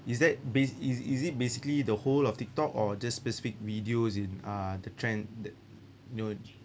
is that ba~ is is it basically the whole of tiktok or just specific videos in uh the trend that you know